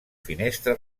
finestra